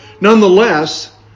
nonetheless